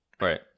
Right